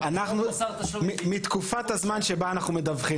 מתקופת הזמן שאנחנו מדווחים.